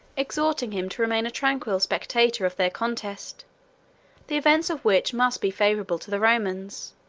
exhorting him to remain a tranquil spectator of their contest the events of which must be favorable to the romans,